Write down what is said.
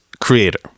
creator